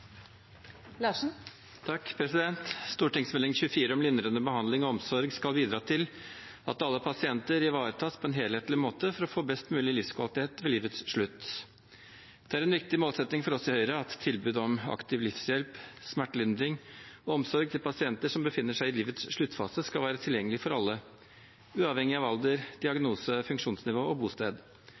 24, om lindrende behandling og omsorg, skal bidra til at alle pasienter ivaretas på en helhetlig måte for å få best mulig livskvalitet ved livets slutt. Det er en viktig målsetting for oss i Høyre at tilbud om aktiv livshjelp, smertelindring og omsorg for pasienter som befinner seg i livets sluttfase, skal være tilgjengelig for alle, uavhengig av alder, diagnose, funksjonsnivå og bosted.